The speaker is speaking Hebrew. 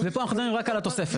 ופה אנחנו מדברים רק על התוספת.